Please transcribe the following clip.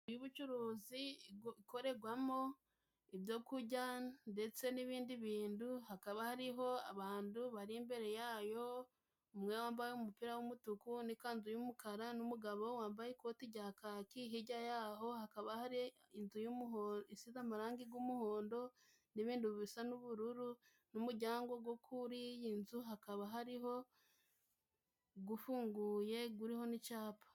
Yubucuruzi ikoregwamo ibyo kujya ndetse n'ibindi bindu hakaba hariho abandu bari imbere yayo umwe wambaye umupira w'umutuku n'ikanzu y'umukara n'umugabo wambaye ikoti jya kacyi hijya yaho hakaba hari inzu isize amarangi g'umuhondo n'ibindu bisa n'ubururu n'umujyango go kuri iyi nzu hakaba hariho gufunguye guriho n'icapa.